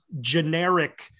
generic